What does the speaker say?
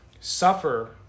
suffer